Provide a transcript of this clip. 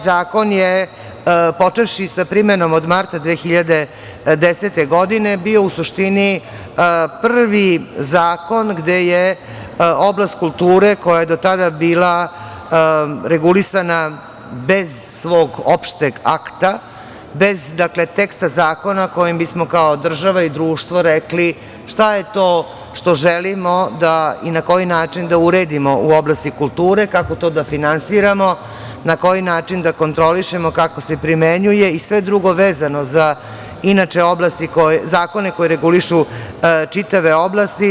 Taj zakon je, počevši sa primenom od marta 2010. godine, bio u suštini prvi zakon gde je oblast kultura, koja je do tada bila regulisana bez svog opšteg akta, bez teksta zakona kojim bismo kao država i društvo rekli šta je to želimo i na koji način da uredimo u oblasti kulture, kako to da finansiramo, na koji način da kontrolišemo, kako se primenjuje i sve drugo vezano za zakone koji regulišu čitave oblasti…